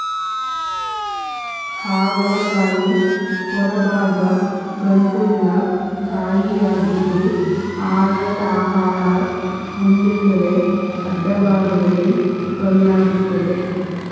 ಹಾಗಲ ಕಾಯಿ ಹೊರಭಾಗ ಗಂಟುಳ್ಳ ಕಾಯಿಯಾಗಿದ್ದು ಆಯತಾಕಾರ ಹೊಂದಿರ್ತದೆ ಅಡ್ಡಭಾಗದಲ್ಲಿ ಟೊಳ್ಳಾಗಿರ್ತದೆ